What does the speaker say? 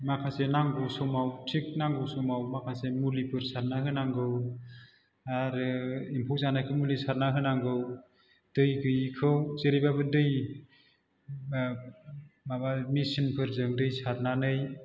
माखासे नांगौ समाव थिक नांगौ समाव माखासे मुलिफोर सारना होनांगौ आरो एम्फौ जानायखौ मुलि सारना होनांगौ दै गैयैखौ जेरैबाबो दै माबा मेसिनफोरजों दै सारनानै